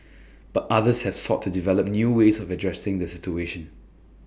but others have sought to develop new ways of addressing the situation